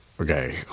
Okay